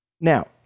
now